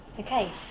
Okay